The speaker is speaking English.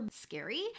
scary